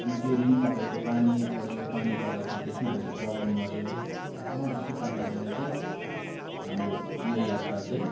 अनि त्यो दिन तपाईँको पानी पऱ्यो पानी पर्दाखेरि त्यसमा हामीलाई प्रब्लम भयो हो यस्तै प्रकारले चाहिँ हाम्रो यो यात्रा चाहिँ